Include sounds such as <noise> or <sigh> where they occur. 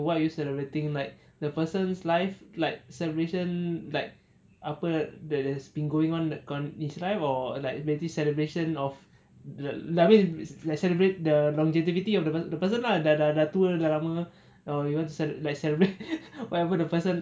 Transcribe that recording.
what are you celebrating like the person's life like celebration like apa that has been going on on his life or like petty celebration of the I mean let's celebrate the longevity of the the person lah dah dah dah tua dah lama or you want to like celebrate <laughs> whatever the person